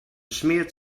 smeert